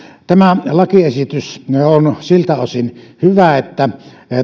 tämä lakiesitys on siltä osin hyvä että